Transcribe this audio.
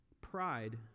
Pride